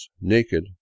naked